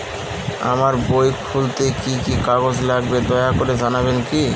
আমার বই খুলতে কি কি কাগজ লাগবে দয়া করে জানাবেন কি?